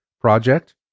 project